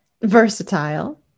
versatile